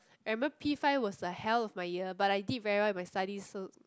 I remember P five was the hell of my year but I did very well in my studies so